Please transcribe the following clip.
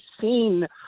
seen